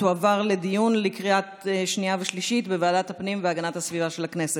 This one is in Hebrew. ותועבר לדיון בקריאה שנייה ושלישית בוועדת הפנים והגנת הסביבה של הכנסת.